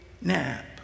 nap